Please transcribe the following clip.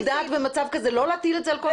דעת במצב כזה לא להטיל את זה על כל המשפחה?